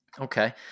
Okay